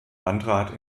landrat